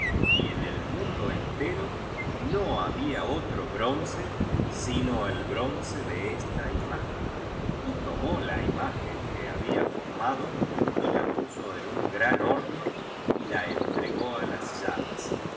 y en el mundo entero no había otro bronce sino el bronce de esta imagen y tomó la imagen que había formado y la puso en un grao horno y la entregó á las llamas